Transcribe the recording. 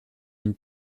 une